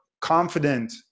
confident